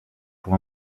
pour